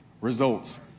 results